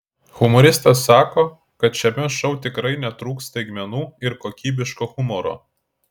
humoristas sako kad šiame šou tikrai netrūks staigmenų ir kokybiško humoro